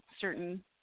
certain